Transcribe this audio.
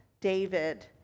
David